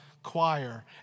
choir